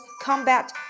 combat